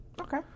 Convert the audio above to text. Okay